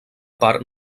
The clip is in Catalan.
part